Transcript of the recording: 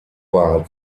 war